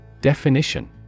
Definition